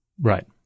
Right